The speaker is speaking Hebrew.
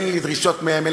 אין לי דרישות מהן,